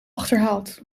achterhaald